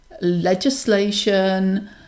legislation